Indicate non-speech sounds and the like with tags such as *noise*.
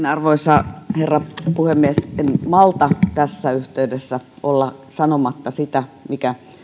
*unintelligible* arvoisa herra puhemies en malta tässä yhteydessä olla sanomatta sitä mitä